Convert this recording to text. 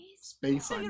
space